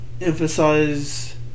emphasize